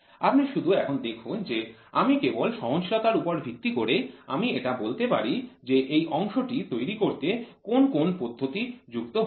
আপনি শুধু এখন দেখুন যে আমি কেবল সহনশীলতার উপর ভিত্তি করে আমি এটা বলতে পারি যে এই অংশটি তৈরি করতে কোন কোন পদ্ধতি যুক্ত হয়েছে